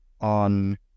on